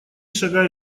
шагай